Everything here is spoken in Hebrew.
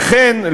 וכן,